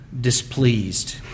displeased